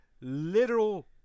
literal